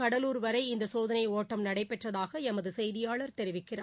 கடலூர் வரை இந்த சோதனை ஒட்டம் நடைபெற்றதாக எமது செய்தியாளர் தெரிவிக்கிறார்